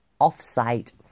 off-site